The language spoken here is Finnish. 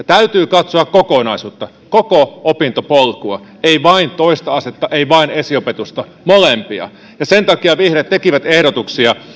täytyy katsoa kokonaisuutta koko opintopolkua ei vain toista astetta ei vain esiopetusta vaan molempia ja sen takia vihreät tekivät ehdotuksia